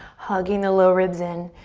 hugging the low ribs in.